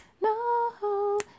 No